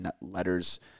letters